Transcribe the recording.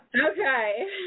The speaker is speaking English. Okay